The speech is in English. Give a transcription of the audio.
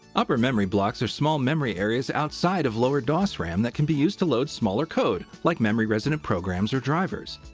upper memory blocks are small memory areas outside of lower dos ram that can be used to load smaller code, like memory-resident programs or drivers.